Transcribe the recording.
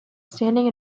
standing